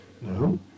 No